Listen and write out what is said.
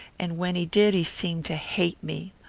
and when he did he seemed to hate me.